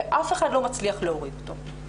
ואף אחד לא מצליח להוריד אותו.